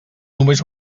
només